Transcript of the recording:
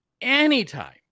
anytime